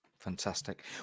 Fantastic